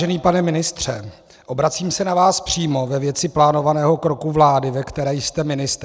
Vážený pane ministře, obracím se na vás přímo ve věci plánovaného kroku vlády, ve které jste ministrem.